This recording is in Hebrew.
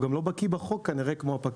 הוא כנראה גם לא בקיא בחוק כמו הפקח.